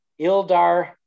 ildar